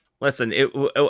Listen